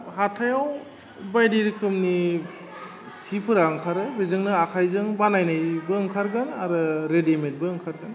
हाथायाव बायदि रोखोमनि सिफोरा ओंखारो बेजोंनो आखाइजों बानायनायबो ओंखारगोन आरो रेडिमेटबो ओंखारगोन